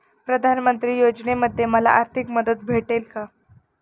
प्रधानमंत्री योजनेमध्ये मला आर्थिक मदत भेटेल का?